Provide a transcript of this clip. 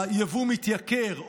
היבוא מתייקר,